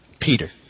Peter